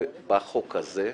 בחוק הזה,